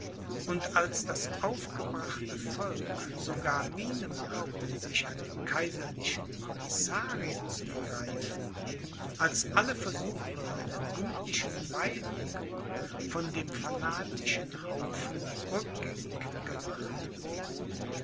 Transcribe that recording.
und als das aufgebrachte volk sogar miene machte sich an den kaiserlichen commissarien zu vergreifen als alle versuche einer gütlichen beilegung von dem fanatischen haufen rückgängig gemacht wurden